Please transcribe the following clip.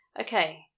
Okay